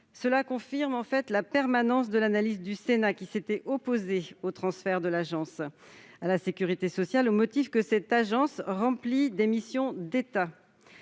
Cela confirme la pertinence de l'analyse du Sénat, qui s'était opposé au transfert de l'ANSP à la sécurité sociale au motif que cette agence remplit des missions de l'État.